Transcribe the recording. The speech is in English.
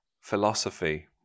philosophy